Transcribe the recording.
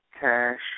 Cash